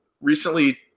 Recently